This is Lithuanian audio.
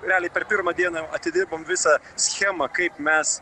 realiai per pirmą dieną jau atidirbom visą schemą kaip mes